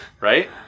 Right